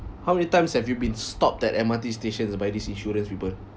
how many times have you been stopped at M_R_T stations by these insurance people